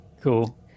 Cool